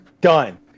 done